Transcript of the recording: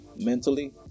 mentally